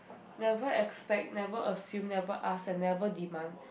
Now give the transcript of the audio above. never expect never assume never ask and never demand